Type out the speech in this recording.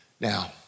Now